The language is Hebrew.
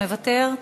מוותרים?